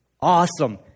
Awesome